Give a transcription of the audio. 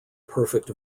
perfect